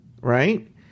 right